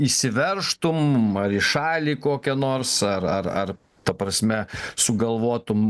išsiveržtum ar į šalį kokią nors ar ar ar ta prasme sugalvotum